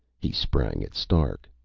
he sprang at stark.